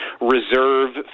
reserve